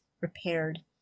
repaired